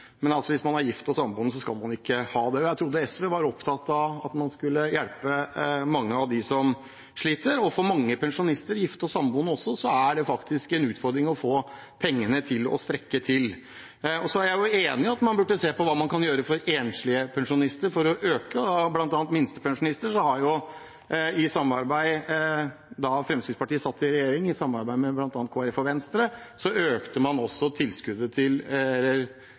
man som gift eller samboer ikke skal ha det. Jeg trodde SV var opptatt av å skulle hjelpe mange av dem som sliter, men for mange pensjonister, også gifte og samboende, er det faktisk en utfordring å få pengene til å strekke til. Jeg er enig i at man burde se på hva som kan gjøres for enslige pensjonister, bl.a. minstepensjonister, for å øke pensjonen. Da Fremskrittspartiet satt i regjering, i samarbeid med bl.a. Kristelig Folkeparti og Venstre, hevet man beløpene til gifte og samboende pensjonister. Det er bra fordi mange trenger å få økt inntektene sine for de utgiftene man